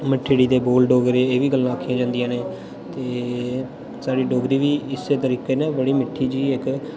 मिट्ठड़ी दे बोल डोगरे एह् बी गल्लां आखी जांदियां न ते साढ़ी डोगरी बी इस्से तरीके ने बड़ी मिट्ठी चीज़ इक